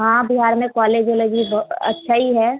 हाँ बिहार में कॉलेज उलेज भी अच्छा ही है